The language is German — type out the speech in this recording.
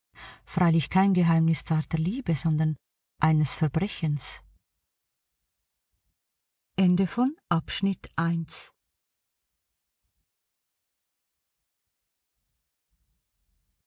freilich kein geheimnis zarter liebe sondern eines verbrechens